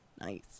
Nice